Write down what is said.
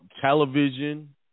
television